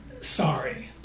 sorry